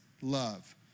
love